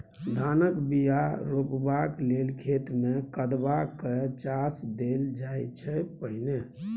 धानक बीया रोपबाक लेल खेत मे कदबा कए चास देल जाइ छै पहिने